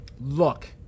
Look